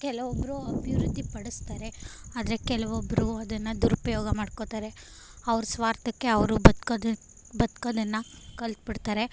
ಕೆಲವೊಬ್ಬರು ಅಭಿವೃದ್ಧಿಪಡಿಸ್ತಾರೆ ಆದರೆ ಕೆಲವೊಬ್ಬರು ಅದನ್ನು ದುರುಪಯೋಗ ಮಾಡ್ಕೊಳ್ತಾರೆ ಅವ್ರ ಸ್ವಾರ್ಥಕ್ಕೆ ಅವರು ಬದ್ಕೋದು ಬದ್ಕೋದನ್ನ ಕಲಿತ್ಬಿಡ್ತಾರೆ